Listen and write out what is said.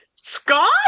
Scott